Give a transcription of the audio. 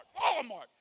Walmart